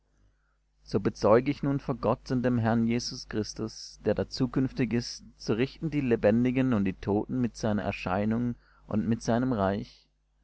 so bezeuge ich nun vor gott und dem herrn jesus christus der da zukünftig ist zu richten die lebendigen und die toten mit seiner erscheinung und mit seinem reich